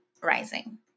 rising